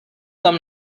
tam